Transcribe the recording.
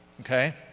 Okay